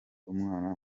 umwana